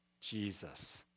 Jesus